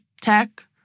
tech